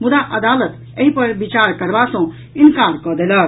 मुदा अदालत एहि पर विचार करबा सॅ इंकार कऽ देलक